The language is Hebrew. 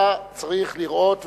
אתה צריך לראות,